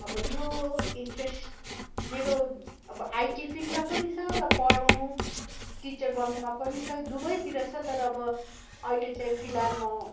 अब यो इन्ट्रेस्ट मेरो आइटी फिल्डमा पनि छ र पढाउनु टिचर बन्नमा पनि छ दुवैतिर छ तर अब अहिले चाहिँ फिलहाल म